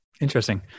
Interesting